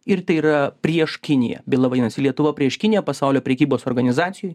ir tai yra prieš kiniją byla vadinasi lietuva prieš kiniją pasaulio prekybos organizacijoj